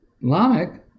Lamech